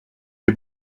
des